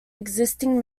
existing